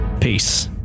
Peace